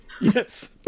Yes